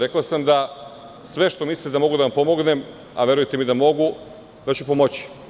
Rekao sam da sve što mislite da mogu da vam pomognem, a verujte mi da mogu, da ću pomoći.